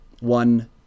one